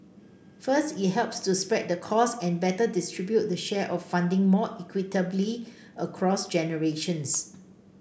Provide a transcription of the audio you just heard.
first it helps to spread the costs and better distribute the share of funding more equitably across generations